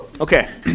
Okay